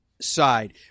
side